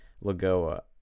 Lagoa